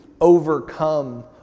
overcome